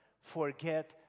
forget